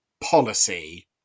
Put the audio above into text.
policy